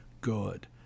good